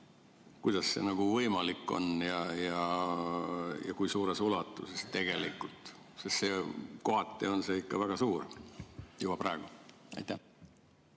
kuidas see võimalik on ja kui suures ulatuses tegelikult? Kohati on see ikka väga suur juba praegu. Hea